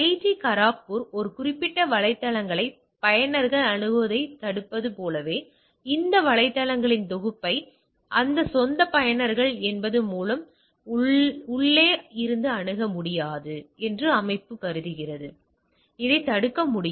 D Kharagpur ஒரு குறிப்பிட்ட வலைத்தளங்களை பயனர்கள் அணுகுவதைத் தடுப்பது போலவே இந்த வலைத்தளங்களின் தொகுப்பை அதன் சொந்த பயனர்கள் என்பதன் மூலம் உள்ளே இருந்து அணுக முடியாது என்று அமைப்பு கருதுகிறது எனவே அதைத் தடுக்க முடியும்